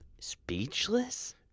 speechless